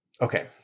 Okay